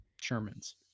Sherman's